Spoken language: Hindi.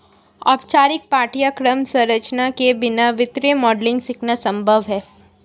औपचारिक पाठ्यक्रम संरचना के बिना वित्तीय मॉडलिंग सीखना संभव हैं